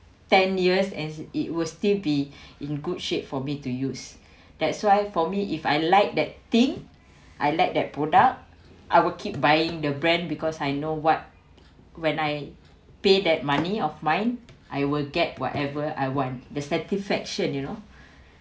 ten years as it will still be in good shape for me to use that's why for me if I liked that thing I liked that product I will keep buying the brand because I know what when I pay that money of mine I will get whatever I want the satisfaction you know